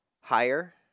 higher